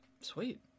Sweet